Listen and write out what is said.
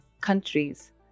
countries